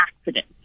accident